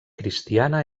cristiana